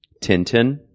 Tintin